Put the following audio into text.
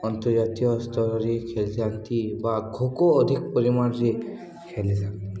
ଅନ୍ତର୍ଜାତୀୟ ସ୍ତରରେ ଖେଳିଥାନ୍ତି ବା ଖୋଖୋ ଅଧିକ ପରିମାଣରେ ଖେଳିଥାନ୍ତି